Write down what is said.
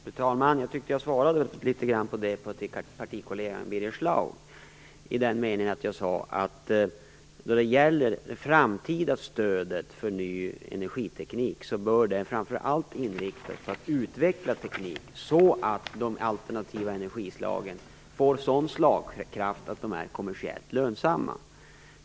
Fru talman! Jag tycker att jag kom in litet grand på det i diskussionen med Per Lagers partikollega Birger Schlaug. Jag sade att det framtida stödet för ny energiteknik framför allt bör inriktas på att utveckla teknik så att de alternativa energislagen får sådan slagkraft att de är kommersiellt lönsamma.